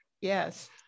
Yes